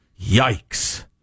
Yikes